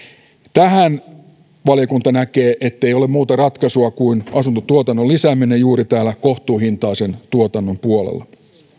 valiokunta näkee ettei tähän ole muuta ratkaisua kuin asuntotuotannon lisääminen juuri täällä kohtuuhintaisen tuotannon puolella